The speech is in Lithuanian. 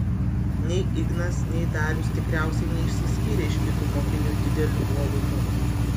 nei ignas nei darius tikriausiai neišsiskyrė iš kitų mokinių dideliu uolumu